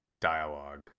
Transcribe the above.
dialogue